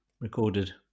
recorded